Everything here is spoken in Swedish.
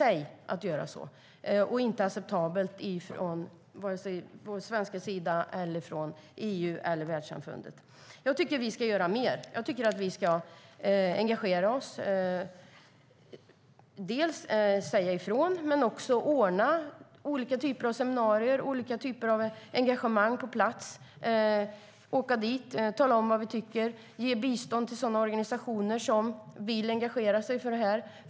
Det är inte acceptabelt vare sig för den svenska sidan eller för EU eller världssamfundet. Jag tycker att vi ska göra mer. Jag tycker att vi ska engagera oss. Vi ska säga ifrån och även ordna olika typer av seminarier och olika typer av engagemang på plats - åka dit och tala om vad vi tycker och ge bistånd till organisationer som vill engagera sig för det här.